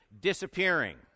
disappearing